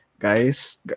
Guys